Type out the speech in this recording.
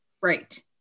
Right